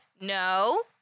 No